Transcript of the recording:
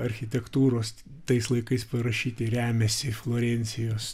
architektūros tais laikais parašyti remiasi florencijos